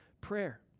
prayer